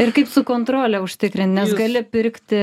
ir kaip su kontrole užtikrint nes gali pirkti